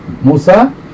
Musa